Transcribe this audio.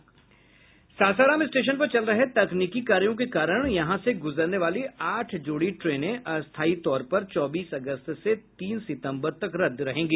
Sasaram station पर चल रहे तकनीकी कार्यों के कारण यहां से गूजरने वाली आठ जोड़ी ट्रेनें अस्थाई तौर पर चौबीस अगस्त से तीन सितंबर तक रद्द रहेंगी